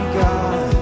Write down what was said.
god